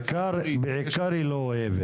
בעיקר היא לא אוהבת.